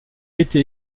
été